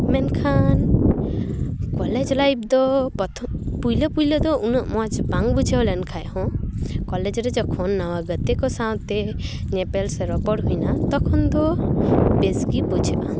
ᱢᱮᱱᱠᱷᱟᱱ college life ᱫᱚ ᱯᱚᱛᱳᱢ ᱯᱩᱭᱞᱳ ᱯᱩᱭᱞᱳ ᱫᱚ ᱩᱱᱟᱹᱜ ᱢᱚᱡᱽ ᱵᱟᱝ ᱵᱩᱡᱷᱟᱣ ᱞᱮᱱᱠᱷᱟᱱ ᱦᱚᱸ ᱠᱚᱞᱮᱡᱽ ᱨᱮ ᱡᱚᱠᱷᱚᱱ ᱱᱟᱣᱟ ᱜᱟᱛᱮ ᱠᱚ ᱥᱟᱶᱛᱮ ᱧᱮᱯᱮᱞ ᱥᱮ ᱨᱚᱯᱚᱲ ᱦᱩᱭᱮᱱᱟ ᱛᱚᱠᱷᱚᱱ ᱫᱚ ᱵᱮᱥ ᱜᱮ ᱵᱩᱡᱷᱟᱹᱜᱼᱟ